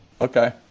Okay